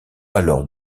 alors